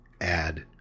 add